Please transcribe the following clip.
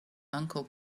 uncle